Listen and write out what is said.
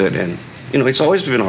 it and you know it's always been a